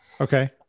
okay